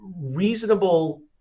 reasonable